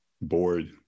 board